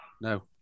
No